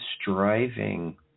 striving